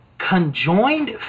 Conjoined